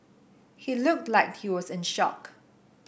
he looked like he was in shock